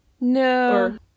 No